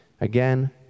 Again